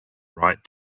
right